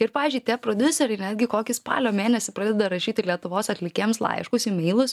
ir pavyzdžiui tie prodiuseriai netgi kokį spalio mėnesį pradeda rašyti lietuvos atlikėjams laiškus imeilus